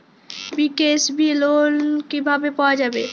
BKSB loan কিভাবে পাওয়া যাবে?